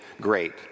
great